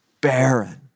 Barren